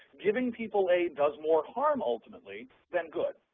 giving people aid does more harm ultimately than good.